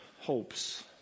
hopes